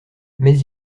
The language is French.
mais